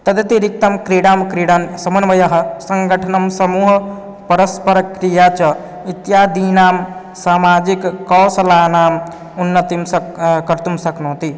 तदतिरिक्तं क्रीडां क्रीडन् समन्वयः सङ्घटनं समूहपरस्परक्रिया च इत्यादीनां सामाजिककौशलानाम् उन्नतिं सक् कर्तुं शक्नोति